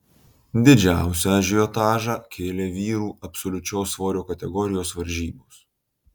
didžiausią ažiotažą kėlė vyrų absoliučios svorio kategorijos varžybos